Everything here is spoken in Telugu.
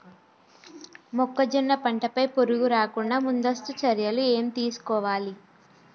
మొక్కజొన్న పంట పై పురుగు రాకుండా ముందస్తు చర్యలు ఏం తీసుకోవాలి?